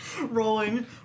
Rolling